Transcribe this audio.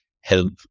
help